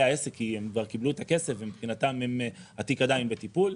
העסק כי הם כבר קיבלו את הכסף ומבחינתם התיק עדיין בטיפול,